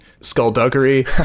skullduggery